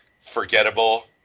forgettable